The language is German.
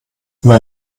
wer